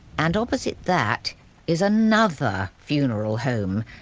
and opposite that is another funeral home.